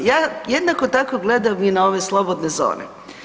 Ja jednako tako gledam i na ove slobodne zone.